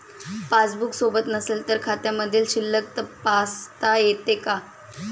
Passbook सोबत नसेल तर खात्यामधील शिल्लक तपासता येते का?